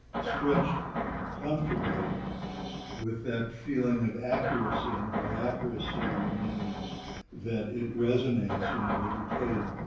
stretch to comfortably with that feeling of accuracy. and by accuracy, we mean that it resonates you know, that you play it,